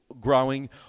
growing